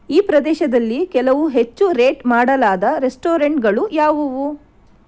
ಈ ಪ್ರದೇಶದಲ್ಲಿ ಕೆಲವು ಹೆಚ್ಚು ರೇಟ್ ಮಾಡಲಾದ ರೆಸ್ಟೋರೆಂಟ್ಗಳು ಯಾವುವು